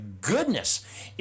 goodness